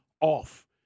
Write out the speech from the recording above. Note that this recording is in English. off